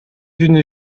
d’une